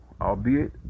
albeit